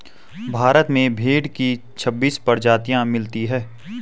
भारत में भेड़ की छब्बीस प्रजाति मिलती है